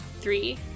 three